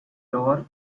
door